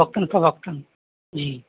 وقتاً فوقتاً جی